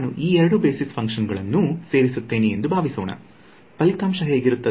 ನಾನು ಈ ಎರಡು ಬೇಸಿಸ್ ಫಂಕ್ಷನ್ ಗಳನ್ನೂ ಸೇರಿಸುತ್ತೇನೆ ಎಂದು ಭಾವಿಸೋಣ ಫಲಿತಾಂಶ ಹೇಗಿರುತ್ತದೆ